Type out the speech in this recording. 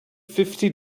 fifty